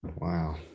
Wow